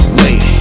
wait